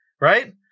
Right